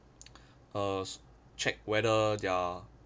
err check whether their